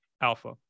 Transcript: alpha